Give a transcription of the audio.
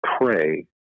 pray